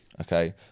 okay